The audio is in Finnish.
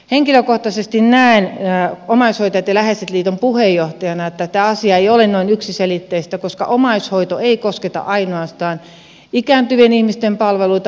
henkilökohtaisesti näen omaishoitajat ja läheiset liiton puheenjohtajana että tämä asia ei ole noin yksiselitteistä koska omaishoito ei kosketa ainoastaan ikääntyvien ihmisten palveluita